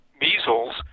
measles